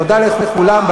תודה לכולם.